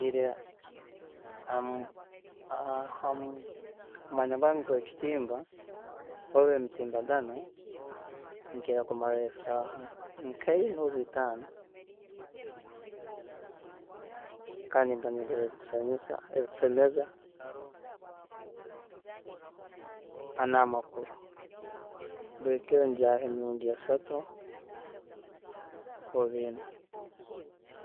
﻿Ngira Ham- Hamwanya gwange gwekitimba oba emitiimbagano, nkira kumaraho esaaha nkaina oba itaano kandi nimba nidora ebikusanyusa, ebikusemeza hamu namakuru, buri kiro njyaaho emirundi esatu oba ena.